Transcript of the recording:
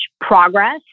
progress